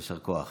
יישר כוח.